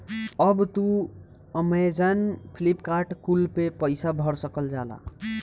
अब तू Amazon, Flipkart कुल पे पईसा भर सकल जाला